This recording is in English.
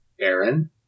Aaron